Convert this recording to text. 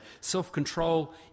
self-control